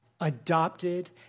adopted